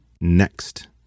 Next